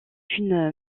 une